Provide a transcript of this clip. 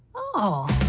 oh.